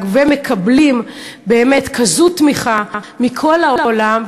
ומקבלים באמת תמיכה כזאת מכל העולם,